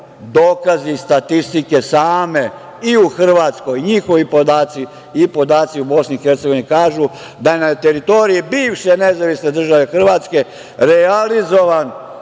dokazi statistike same i u Hrvatskoj – njihovi podaci i podaci u Bosni i Hercegovini kažu da je na teritoriji bivše Nezavisne države Hrvatske realizovan